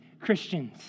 Christians